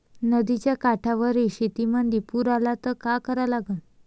नदीच्या काठावरील शेतीमंदी पूर आला त का करा लागन?